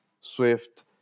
Swift